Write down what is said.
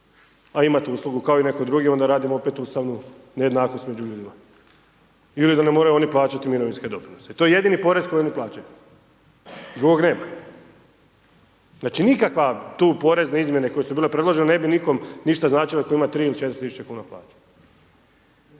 a imati uslugu kao i netko drugi, onda radimo opet ustavnu nejednakost među ljudima ili da oni ne moraju plaćati mirovinske doprinose. To je jedini porez koji oni plaćaju, drugog nema. Znači, nikakve tu porezne izmjene koje su bile predložene ne bi nikome ništa značile tko ima 3.000,00 kn ili